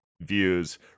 views